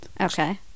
Okay